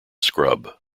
scrub